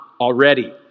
already